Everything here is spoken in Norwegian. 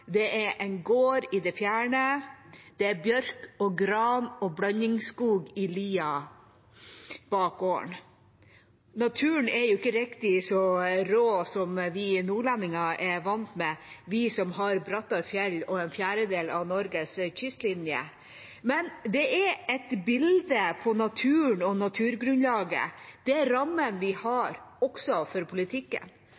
det er en gård i det fjerne, og det er bjørk, gran og blandingsskog i lia bak gården. Naturen er jo ikke riktig så rå som vi nordlendinger er vant til, vi som har brattere fjell og en fjerdedel av Norges kystlinje, men det er et bilde på naturen og naturgrunnlaget. Det er rammene vi